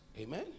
Amen